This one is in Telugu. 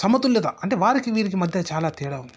సమతుల్యత అంటే వారికి వీరికి మధ్య చాలా తేడా ఉంది